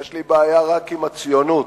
יש לי בעיה רק עם הציונות.